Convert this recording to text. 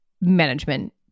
management